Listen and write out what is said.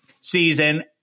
season